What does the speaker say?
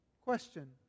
Question